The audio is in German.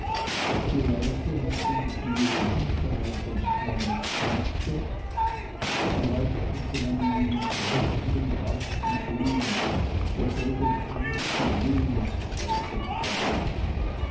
die leute hatten in ihrem hinterhaus ein kleines fenster daraus konnte man in einen prächtigen garten sehen der voll der schönsten blumen und kräuter stand